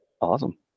Awesome